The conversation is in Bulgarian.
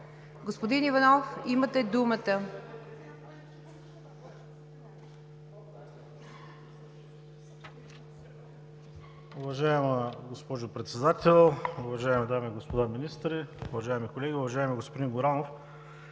Господин Иванов, имате думата.